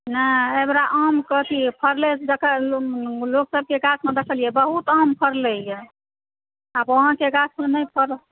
नहि एहिबेरा आम कऽ फड़लै जकर लोक सबके गाछमे देखलियै बहुत आम फड़लै यऽ आब अहाँके गाछमे नहि फड़ल